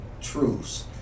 truths